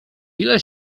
ile